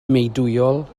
meudwyol